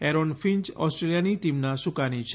Aaron Finch ઓસ્ટ્રેલિયાની ટીમના સુકાની છે